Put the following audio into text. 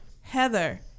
heather